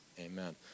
Amen